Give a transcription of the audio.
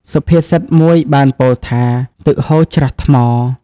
សុភាសិតមួយបានពោលថា "ទឹកហូរ ច្រោះថ្ម"។